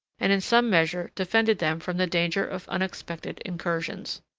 and in some measure defended them from the danger of unexpected incursions.